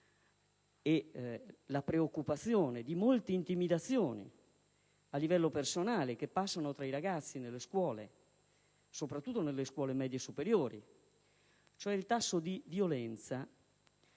e la preoccupazione per molte intimidazioni a livello personale che circolano tra i ragazzi nelle scuole, soprattutto le medie superiori: il tasso di violenza